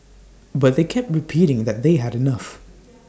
but they kept repeating that they had enough